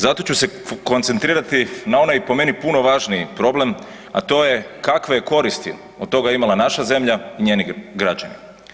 Zato ću se koncentrirati na onaj po meni puno važniji problem, a to je kakve je koristi od toga imala naša zemlja i njeni građani.